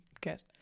get